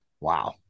Wow